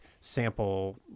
sample